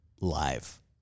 live